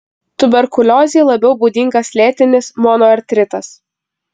tuberkuliozei labiau būdingas lėtinis monoartritas